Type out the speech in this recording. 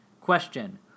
Question